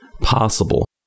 possible